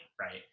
right